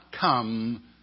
come